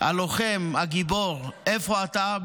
הלוחם הגיבור: איפה אתה?